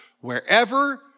wherever